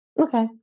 Okay